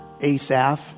Asaph